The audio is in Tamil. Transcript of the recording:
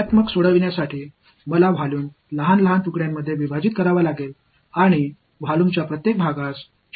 பின்னர் அதை எண்ணாக தீர்க்க நான் கொள்ளளவை சிறிய சிறிய துண்டுகளாக உடைத்து கொள்ளளவின் ஒவ்வொரு பகுதியிலும் சில கணக்கீடுகளை செய்ய வேண்டும்